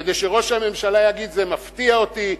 כדי שראש הממשלה יגיד: זה מפתיע אותי,